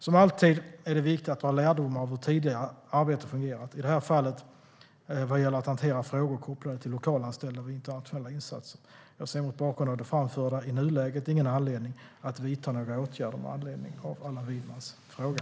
Som alltid är det viktigt att dra lärdomar av hur tidigare arbete fungerat, i det här fallet vad gäller att hantera frågor kopplade till lokalanställda vid internationella insatser. Jag ser mot bakgrund av det framförda i nuläget ingen anledning att vidta några åtgärder med anledning av Allan Widmans fråga.